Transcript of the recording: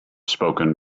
spoken